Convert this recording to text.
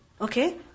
Okay